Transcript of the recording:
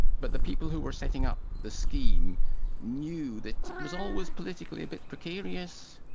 but the people who were setting up the scheme knew that it was always politically a bit precarious.